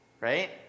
right